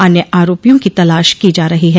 अन्य आरोपियों की तलाश की जा रही है